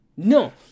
No